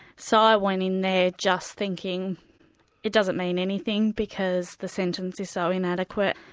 so i went in there just thinking it doesn't mean anything because the sentence is so inadequate,